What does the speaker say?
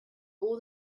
all